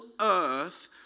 earth